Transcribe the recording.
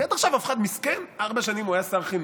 כי עד עכשיו, מסכן, ארבע שנים הוא היה שר חינוך,